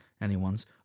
anyone's